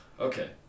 okay